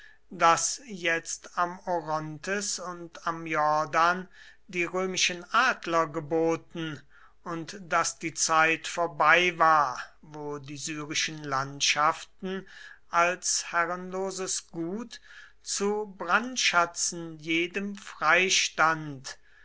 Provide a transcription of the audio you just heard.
daß jetzt am orontes und am jordan die römischen adler geboten und daß die zeit vorbei war wo die syrischen landschaften als herrenloses gut zu brandschatzen jedem freistand